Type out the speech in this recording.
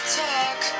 talk